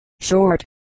short